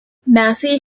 massey